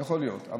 יכול להיות,